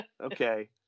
Okay